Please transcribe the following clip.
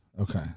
Okay